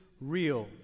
Real